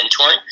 mentoring